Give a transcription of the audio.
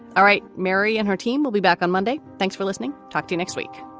all right. mary and her team will be back on monday. thanks for listening. talk to you next week